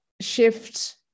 shift